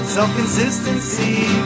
Self-consistency